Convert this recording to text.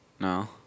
no